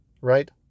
Right